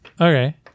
Okay